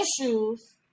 issues